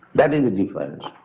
that is the difference.